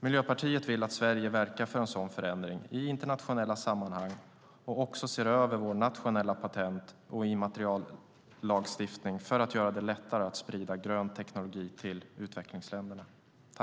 Miljöpartiet vill att Sverige verkar för en sådan förändring i internationella sammanhang och också ser över vår nationella patent och immateriallagstiftning för att göra det lättare att sprida grön teknologi till utvecklingsländerna.